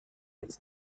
it’s